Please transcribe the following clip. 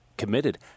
committed